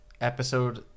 episode